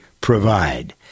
provide